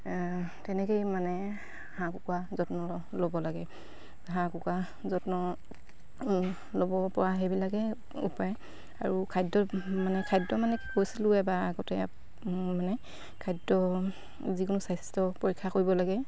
তেনেকেই মানে হাঁহ কুকুৰা যত্ন ল'ব লাগে হাঁহ কুকুৰা যত্ন ল'ব পৰা সেইবিলাকে উপায় আৰু খাদ্য মানে খাদ্য মানে কৈছিলোঁ এবাৰ আগতে মানে খাদ্য যিকোনো স্বাস্থ্য পৰীক্ষা কৰিব লাগে